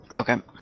Okay